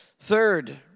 Third